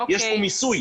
יש פה מיסוי.